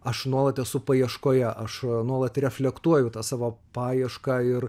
aš nuolat esu paieškoje aš nuolat reflektuoju tą savo paiešką ir